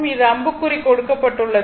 இதில் அம்புக்குறி கொடுக்கப்பட்டுள்ளது